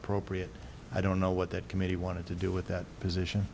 appropriate i don't know what that committee wanted to do with that position